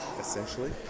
essentially